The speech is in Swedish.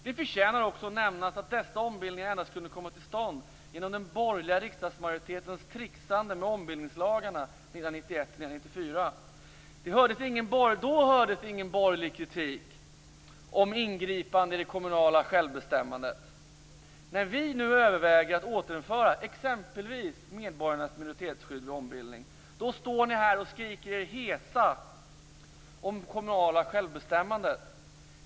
Det förtjänar också att nämnas att dessa ombildningar endast kunde komma till stånd genom den borgerliga riksdagsmajoritetens tricksande med ombildningslagarna 1991-1994. Då hördes ingen borgerlig kritik om ingripande i det kommunala självbestämmandet. När vi nu överväger att återinföra exempelvis medborgarnas minoritetsskydd vid ombildning står ni här och skriker er hesa om det kommunala självbestämmandet.